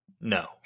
no